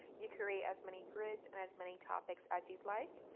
you create as many grids and as many topics as you'd like,